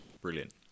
Brilliant